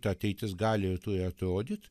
ta ateitis gali ir turi atrodyt